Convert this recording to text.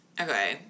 Okay